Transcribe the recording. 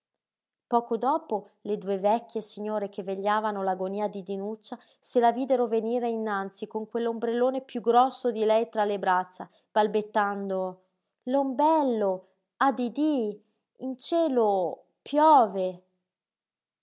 poco dopo le due vecchie signore che vegliavano l'agonia di dinuccia se la videro venire innanzi con quell'ombrellone piú grosso di lei tra le braccia balbettando l'ombello a didí in cielo piove